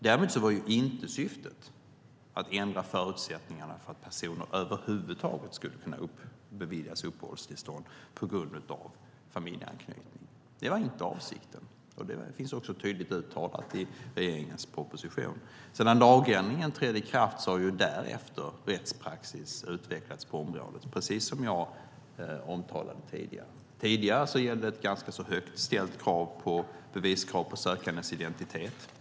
Däremot var inte syftet att ändra förutsättningarna för att personer över huvud taget skulle kunna beviljas uppehållstillstånd på grund av familjeanknytning. Det var inte avsikten. Det finns också tydligt uttalat i regeringens proposition. Sedan lagändringen trädde i kraft har rättspraxis utvecklats på området, som jag omtalade. Tidigare gällde ett ganska högt ställt beviskrav på sökandens identitet.